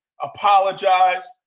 apologize